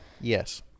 Yes